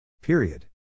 Period